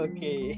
Okay